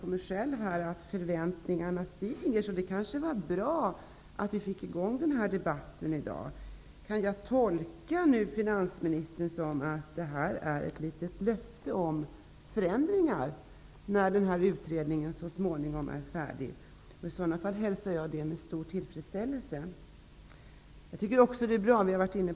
Jag tycker för min del att förväntningarna stiger, så det kanske var bra att vi fick i gång den här debatten i dag. Kan jag nu tolka finansministern som att detta är ett litet löfte om att det när den här utredningen så småningom blir färdig kommer att bli förändringar? I sådana fall hälsar jag det med stor tillfredsställelse. Vi har varit inne på kommunalskattestoppet.